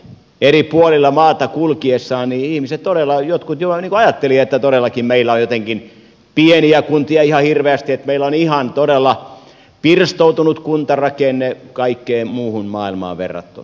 eri puolilla maata kulkiessaan ihmiset todella jotkut jo ajattelivat että todellakin meillä on jotenkin pieniä kuntia ihan hirveästi että meillä on ihan todella pirstoutunut kuntarakenne kaikkeen muuhun maailmaan verrattuna